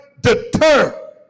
deter